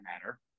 matter